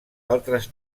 altres